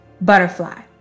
butterfly